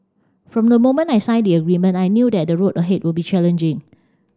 from the moment I signed the agreement I knew that the road ahead would be challenging